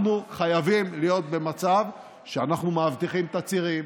אנחנו חייבים להיות במצב שאנחנו מאבטחים את הצירים,